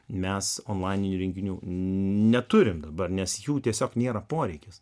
mes įrenginių neturime dabar nes jų tiesiog nėra poreikis